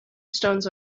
stones